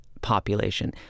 population